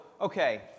okay